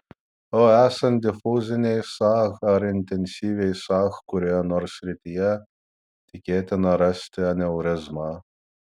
o esant difuzinei sah ar intensyviai sah kurioje nors srityje tikėtina rasti aneurizmą